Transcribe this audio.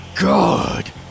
god